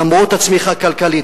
למרות הצמיחה הכלכלית,